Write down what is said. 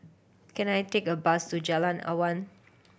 can I take a bus to Jalan Awan